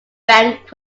bank